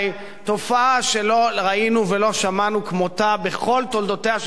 תופעה שלא ראינו ולא שמענו כמותה בכל תולדותיה של מדינת ישראל.